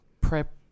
PrEP